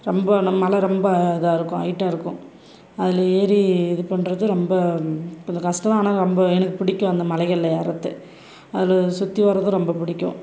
ரொம்ப அந்த மலை ரொம்ப இதாக இருக்கும் ஹைட்டாக இருக்கும் அதில் ஏறி இது பண்ணுறது ரொம்ப கொஞ்சம் கஷ்டம் தான் ஆனால் ரொம்ப எனக்கு பிடிக்கும் அந்த மலைகளில் ஏர்றது அதில் சுற்றி வர்றது ரொம்ப பிடிக்கும்